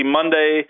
Monday